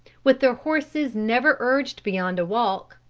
with their horses never urged beyond a walk,